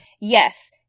Yes